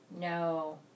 No